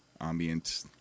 ambient